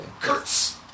Kurz